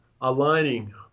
aligning